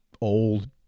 old